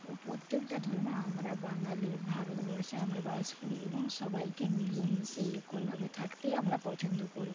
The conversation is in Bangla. ও প্রত্যেকটা ধর্মে আমরা বাঙালির ভারতবর্ষে আমরা বাস করি এবং সবাইকে মিলেমিশে একই ভাবে থাকতে আমরা পছন্দ করি